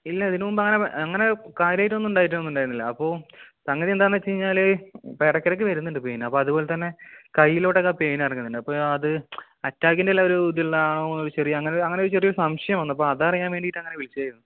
ഇല്ല ഇതിന് മുൻപ് അങ്ങനെ അങ്ങനെ കാര്യമായിട്ടൊന്നും ഉണ്ടായിട്ടൊന്നും ഉണ്ടായിട്ടില്ല അപ്പോൾ സംഗതി എന്താണെന്ന് വെച്ച് കഴിഞ്ഞാൽ ഇപ്പം ഇടയ്ക്കിടയ്ക്ക് വരുന്നുണ്ട് പെയിൻ അപ്പോൾ അതുപോലെ തന്നെ കയ്യിലോട്ടൊക്കെ പെയിൻ ഇറങ്ങുന്നുണ്ട് അപ്പോൾ അത് അറ്റാക്കിന്റെ ഉള്ള ഒരു ഇതുള്ള ആ ചെറിയ അങ്ങനെ അങ്ങനെ ഒരു ചെറിയ ഒരു സംശയം വന്നു അപ്പം അത് അറിയാൻ വേണ്ടിയിട്ട് അങ്ങനെ വിളിച്ചതായിരുന്നു